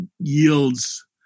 Yields